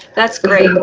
that's great.